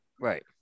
Right